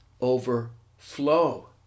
overflow